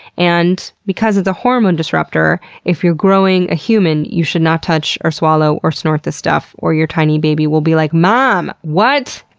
and because it's a hormone disruptor, if you're growing a human, you should not touch or swallow or snort this stuff. or your tiny baby will be like, mom! what?